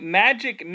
magic